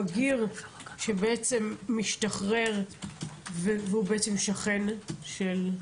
בגיר שבעצם משתחרר והוא בעצם שכן של הקורבן.